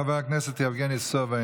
חבר הכנסת יבגני סובה,